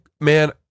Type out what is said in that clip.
man